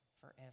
forever